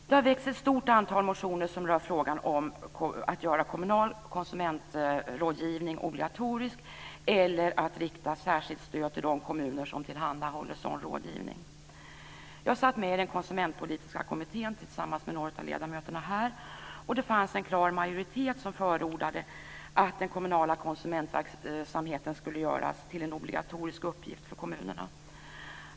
Det har väckts ett stort antal motioner som rör frågan om att göra kommunal konsumentrådgivning obligatorisk eller att rikta särskilt stöd till de kommuner som tillhandahåller sådan rådgivning. Jag satt med i den konsumentpolitiska kommittén tillsammans med några av ledamöterna här, och det fanns en klar majoritet som förordade att den kommunala konsumentverksamheten skulle göras till en obligatorisk uppgift för kommunerna.